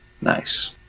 Nice